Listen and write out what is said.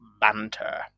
banter